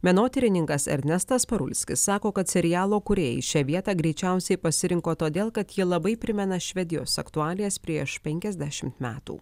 menotyrininkas ernestas parulskis sako kad serialo kūrėjai šią vietą greičiausiai pasirinko todėl kad ji labai primena švedijos aktualijas prieš penkiasdešimt metų